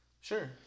Sure